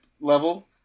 level